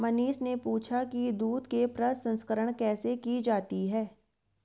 मनीष ने पूछा कि दूध के प्रसंस्करण कैसे की जाती है?